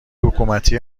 حکومتی